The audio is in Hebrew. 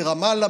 ברמאללה,